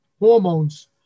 hormones